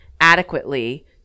adequately